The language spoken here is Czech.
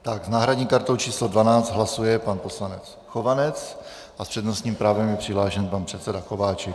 S náhradní kartou číslo 12 hlasuje pan poslanec Chovanec a s přednostním právem je přihlášen pan předseda Kováčik.